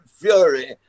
fury